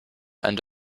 end